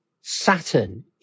Saturn